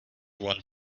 want